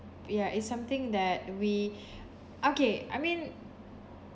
ya it's something that we okay I mean